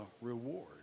reward